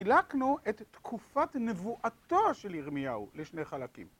חילקנו את תקופת נבואתו של ירמיהו לשני חלקים.